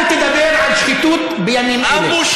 אל תדבר על שחיתות בימים אלה.